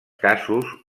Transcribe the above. casos